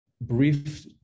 brief